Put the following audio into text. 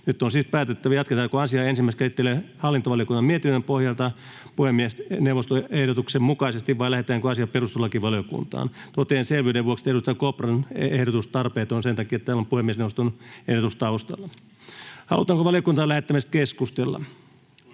Nyt on siis päätettävä, jatketaanko asian ensimmäistä käsittelyä hallintovaliokunnan mietinnön pohjalta puhemiesneuvoston ehdotuksen mukaisesti vai lähetetäänkö asia perustuslakivaliokuntaan. Totean selvyyden vuoksi, että edustaja Kopran ehdotus on tarpeeton sen takia, että täällä on puhemiesneuvoston ehdotus taustalla. Halutaanko valiokuntaan lähettämisestä keskustella?